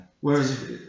Whereas